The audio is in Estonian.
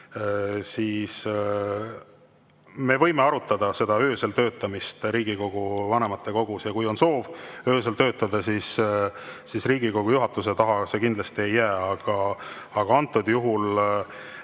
me võime arutada öösel töötamist Riigikogu vanematekogus. Kui on soov öösel töötada, siis Riigikogu juhatuse taha see kindlasti ei jää. Antud juhul